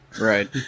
Right